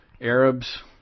Arabs